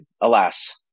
alas